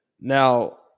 Now